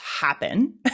happen